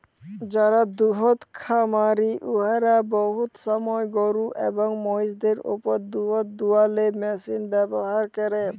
যারা দুহুদ খামারি উয়ারা বহুত সময় গরু এবং মহিষদের উপর দুহুদ দুয়ালোর মেশিল ব্যাভার ক্যরে